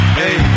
hey